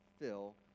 fill